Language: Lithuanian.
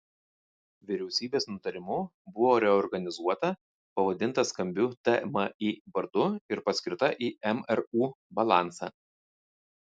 vyriausybės nutarimu buvo reorganizuota pavadinta skambiu tmi vardu ir paskirta į mru balansą